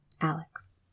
Alex